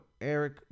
Eric